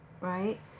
right